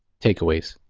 takeaways